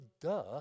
duh